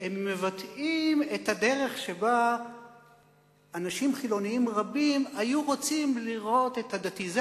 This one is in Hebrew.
שמבטאים את הדרך שבה אנשים חילונים רבים היו רוצים לראות את הדתי.